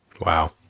Wow